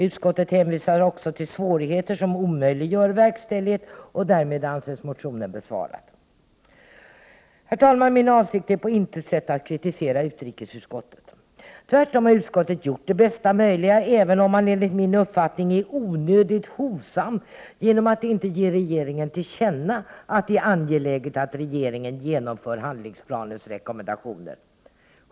Utskottet hänvisar till svårigheter som omöjliggör verkställighet, och därmed anses motionen besvarad. Herr talman! Min avsikt är på intet sätt att kritisera utrikesutskottet. Tvärtom har utskottet gjort det bästa möjliga, även om man enligt min uppfattning är onödigt hovsam genom att inte ge regeringen till känna att det är angeläget att regeringen genomför handlingsplanens rekommendationer.